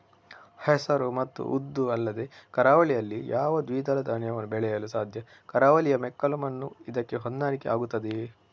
ಹೆಸರು ಮತ್ತು ಉದ್ದು ಅಲ್ಲದೆ ಕರಾವಳಿಯಲ್ಲಿ ಯಾವ ದ್ವಿದಳ ಧಾನ್ಯವನ್ನು ಬೆಳೆಯಲು ಸಾಧ್ಯ? ಕರಾವಳಿಯ ಮೆಕ್ಕಲು ಮಣ್ಣು ಇದಕ್ಕೆ ಹೊಂದಾಣಿಕೆ ಆಗುತ್ತದೆಯೇ?